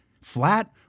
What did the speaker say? Flat